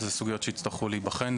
אלו סוגיות שיצטרכו להיבחן,